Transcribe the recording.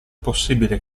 possibile